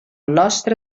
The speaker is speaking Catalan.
nostre